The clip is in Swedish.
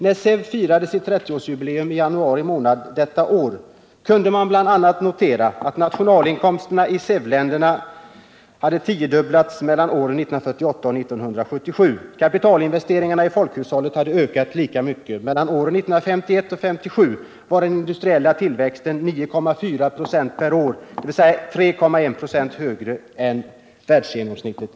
När SEV firade sitt 30-årsjubileum i januari månad detta år kunde man bl.a. notera att nationalinkomsten i SEV-länderna hade tiodubblats mellan åren 1948 och 1977. Kapitalinvesteringarna i folkhushållet hade ökat lika mycket. Mellan åren 1951 och 1977 var den industriella tillväxten 9,4 96 per år, dvs. 3,1 96 högre än världsgenomsnittet.